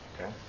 Okay